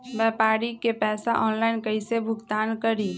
व्यापारी के पैसा ऑनलाइन कईसे भुगतान करी?